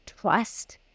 trust